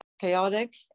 chaotic